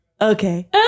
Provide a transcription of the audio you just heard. Okay